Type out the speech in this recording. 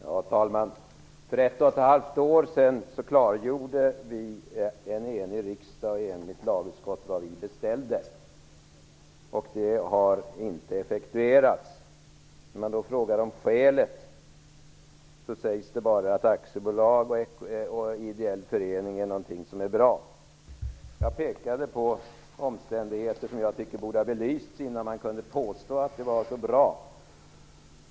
Fru talman! För ett och halvt år sedan klargjorde en enig riksdag och ett enigt lagutskott vad vi beställde. Det har inte effektuerats. När man då frågar om skälet, sägs det bara att aktiebolag och ideell förening är något som är bra. Jag pekade på omständigheter som jag tycker borde ha belysts innan man kunde påstå att de var så bra.